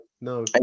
no